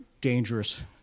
dangerous